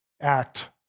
act